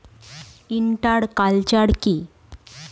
Inter culture কি?